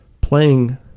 playing